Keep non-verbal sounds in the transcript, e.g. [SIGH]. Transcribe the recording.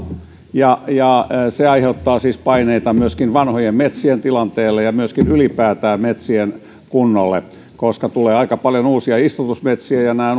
ja ja se aiheuttaa siis paineita myöskin vanhojen metsien tilanteelle ja myöskin ylipäätään metsien kunnolle koska tulee aika paljon uusia istutusmetsiä ja nämä [UNINTELLIGIBLE]